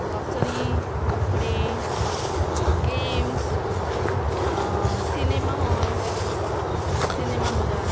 grocery कपडे games cinema halls cinema बघा